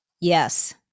Yes